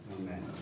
Amen